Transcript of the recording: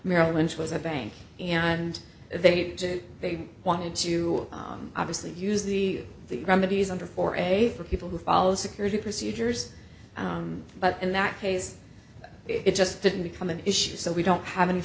merrill lynch was a bank and they need to they wanted to obviously use the the remedies under for a for people who follow security procedures but in that case it just didn't become an issue so we don't have any